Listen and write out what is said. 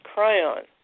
Cryon